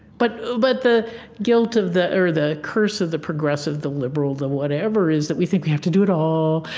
but but the guilt of the or the curse of the progressive, the liberal, the whatever is that we think we have to do it all.